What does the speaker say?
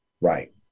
right